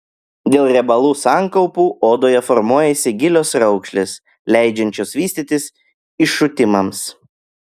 dėl riebalų sankaupų odoje formuojasi gilios raukšlės leidžiančios vystytis iššutimams